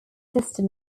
sister